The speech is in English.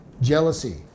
jealousy